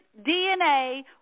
DNA